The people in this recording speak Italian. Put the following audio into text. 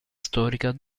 storica